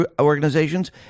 organizations